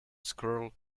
squirrel